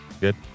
Good